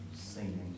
singing